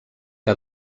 que